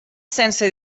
sense